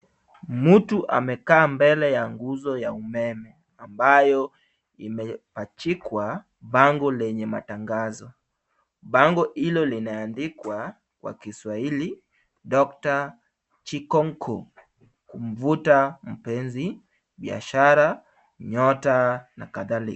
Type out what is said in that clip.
Mtu amekaa mbele ya nguzo ya umeme ambayo imepachikwa bango lenye matangazo. Bango hilo linaandikwa kwa kiswahili doctor Chikonko, kumvuta mpenzi, biashara, nyota na kadhalika.